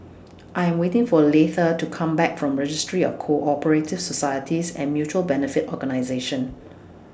I'm waiting For Leitha to Come Back from Registry of Co Operative Societies and Mutual Benefit Organisations